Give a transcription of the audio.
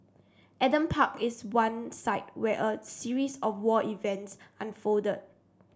Adam Park is one site where a series of war events unfolded